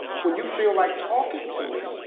when you feel like talking to me,